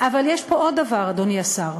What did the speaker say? אבל יש פה עוד דבר, אדוני השר: